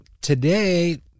today